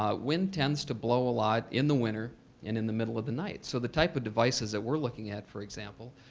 um wind tends to blow a lot in the winter and in the middle of the night. so the type of devices that we're looking at, for example,